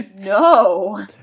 No